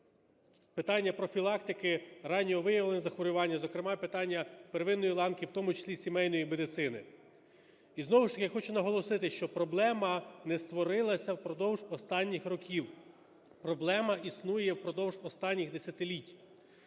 питання профілактики раннього виявлення захворювання первинної ланки, в тому числі, і сімейної медицини. І знову ж таки я хочу наголосити, що проблема не створилася впродовж останніх років, проблема існує впродовж останніх десятиліть.